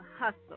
hustle